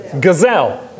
Gazelle